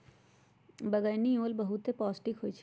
बइगनि ओल बहुते पौष्टिक होइ छइ